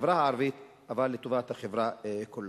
החברה הערבית, אבל לטובת החברה כולה.